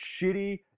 shitty